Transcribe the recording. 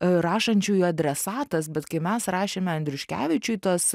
rašančiųjų adresatas bet kai mes rašėme andriuškevičiui tas